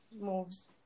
moves